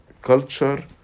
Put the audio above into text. culture